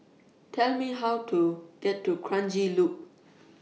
Tell Me How to get to Kranji Loop